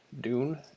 Dune